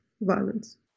violence